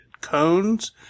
cones